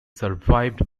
survived